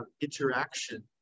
interaction